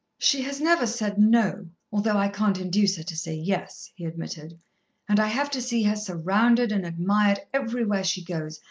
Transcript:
she has never said no, although i can't induce her to say yes, he admitted and i have to see her surrounded and admired everywhere she goes,